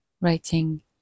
writing